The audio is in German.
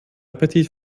appetit